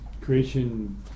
Creation